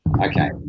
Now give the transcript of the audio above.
okay